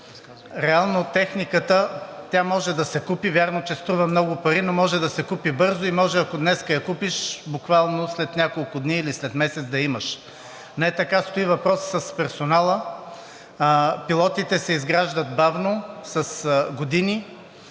реално техниката може да се купи – вярно, че струва много пари, но може да се купи бързо и може, ако днес я купиш, буквално след няколко дни или след месец да я имаш. Не така стои въпросът с персонала. Пилотите се изграждат бавно, с години.